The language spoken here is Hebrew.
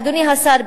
אדוני השר,